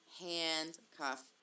Handcuff